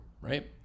right